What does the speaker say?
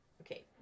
Okay